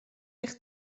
eich